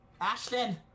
Ashton